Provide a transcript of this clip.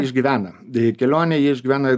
išgyvena kelionę jie išgyvena